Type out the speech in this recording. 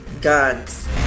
guns